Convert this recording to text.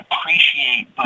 appreciate